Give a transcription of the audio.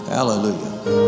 Hallelujah